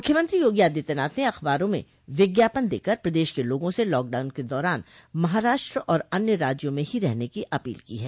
मुख्यमंत्री योगी आदित्यनाथ ने अखबारों में विज्ञापन देकर प्रदेश के लागों से लॉकडाउन के दौरान महाराष्ट्र और अन्य राज्यों में ही रहने की अपील की है